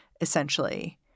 essentially